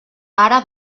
ara